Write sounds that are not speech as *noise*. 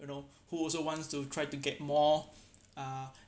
you know who also wants to try to get more *breath* uh